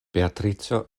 beatrico